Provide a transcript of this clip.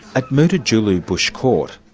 at mutitjulu bush court,